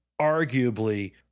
arguably